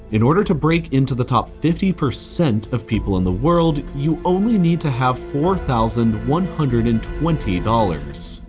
in order to break into the top fifty percent of people in the world, you only need to have four thousand one hundred and twenty dollars.